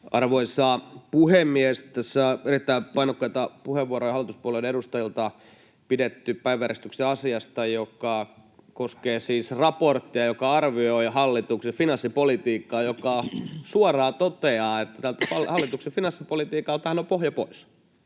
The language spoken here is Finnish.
Arvoisa puhemies! Tässä on erittäin painokkaita puheenvuoroja hallituspuolueiden edustajien suunnalta pidetty päiväjärjestyksen asiasta, joka koskee siis raporttia, joka arvioi hallituksen finanssipolitiikkaa ja joka suoraan toteaa, että hallituksen finanssipolitiikaltahan on pohja pois,